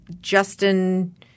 Justin